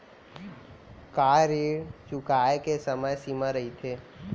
का ऋण चुकोय के समय सीमा रहिथे?